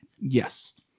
yes